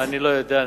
אני לא יודע,